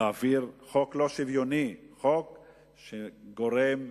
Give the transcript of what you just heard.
להעביר חוק לא שוויוני,